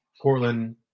Portland